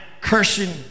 cursing